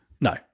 No